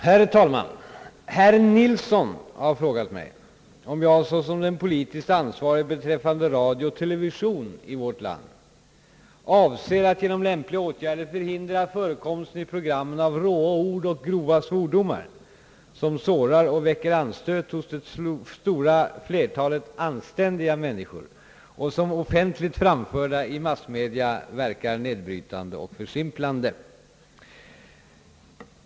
Herr talman! Herr Eriksson i Bäckmora har frågat statsministern, om han är villig att personligen överlägga med ansvariga chefer i Sveriges Radio om åtgärder för att i sändningsprogrammen undvika ord och uttryck, som på allmänheten kan verka stötande och sårande. Frågan har överlämnats till mig för besvarande.